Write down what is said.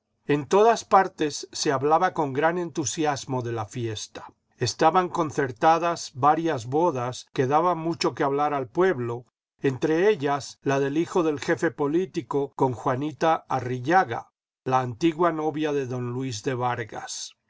en todas partes se hablaba con gran entusiasmo de la fiesta estaban concertadas varias bodas que daban mucho que hablar al pueblo entre ellas la del hijo del jefe político con juanita arrillaga la antigua novia de don luis de vargas